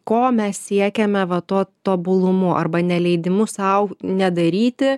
ko mes siekiame va tuo tobulumu arba neleidimu sau nedaryti